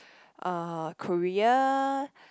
uh Korea